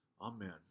Amen